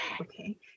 Okay